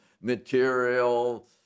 material